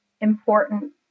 important